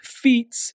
feats